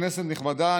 כנסת נכבדה,